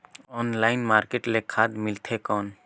Online market ले खाद मिलथे कौन?